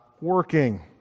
working